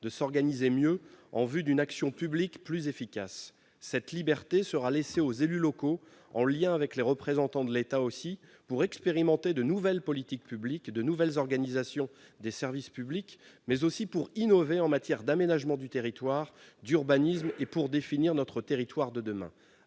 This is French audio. de s'organiser mieux, en vue d'une action publique plus efficace. Cette liberté sera laissée aux élus locaux, en lien avec les représentants de l'État aussi, pour expérimenter de nouvelles politiques publiques, de nouvelles organisations des services publics, mais aussi pour innover en matière d'aménagement du territoire, d'urbanisme et pour définir notre territoire de demain.